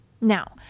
Now